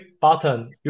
button